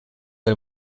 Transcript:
del